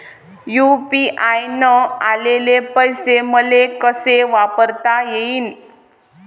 UPI न आलेले पैसे मले कसे पायता येईन?